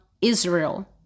Israel